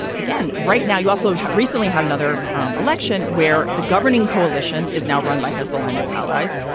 again, right now, you also recently had another election where the governing coalition is now run by hezbollah and its allies.